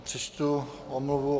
Přečtu omluvu.